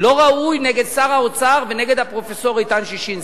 לא ראוי נגד שר האוצר ונגד הפרופסור איתן ששינסקי.